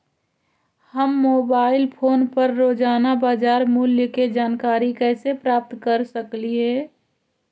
हम mobile phone पर रोजाना बाजार मूल्य के जानकारी कैसे प्राप्त कर सकली हे?